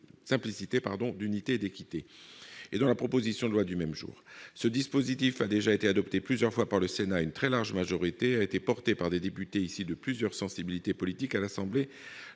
intitulé et dans la proposition de loi du même jour. Ce dispositif a déjà été adopté plusieurs fois par le Sénat à une très large majorité, et a été porté par des députés issus de plusieurs sensibilités politiques à l'Assemblée